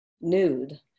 Nude